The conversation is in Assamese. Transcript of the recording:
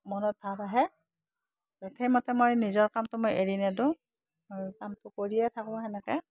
মনত ভাৱ আহে সেইমতে মই নিজৰ কামটো মই এৰি নিদোঁ আৰু কামটো কৰিয়ে থাকোঁ সেনেকৈ